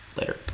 later